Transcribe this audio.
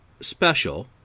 special